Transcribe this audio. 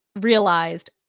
realized